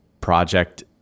project